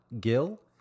Gill